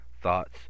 thoughts